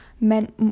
meant